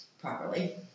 properly